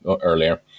earlier